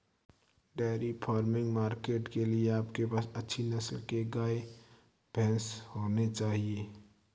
dairy farming market के लिए आपके पास अच्छी नस्ल के गाय, भैंस होने चाहिए